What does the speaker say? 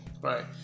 right